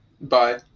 Bye